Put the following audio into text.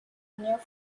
new